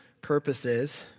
purposes